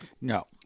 No